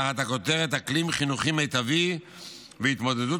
תחת הכותרת: אקלים חינוכי מיטבי והתמודדות